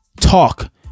talk